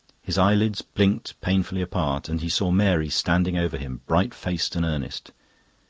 his eyelids blinked painfully apart, and he saw mary standing over him, bright-faced and earnest.